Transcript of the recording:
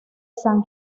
san